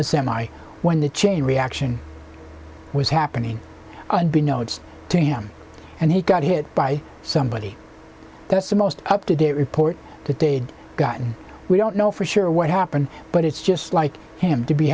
a semi when the chain reaction was happening unbeknownst to him and he got hit by somebody that's the most up to date report to date gotten we don't know for sure what happened but it's just like him to be